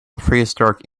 prehistoric